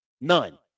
None